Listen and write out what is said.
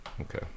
Okay